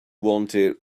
wanted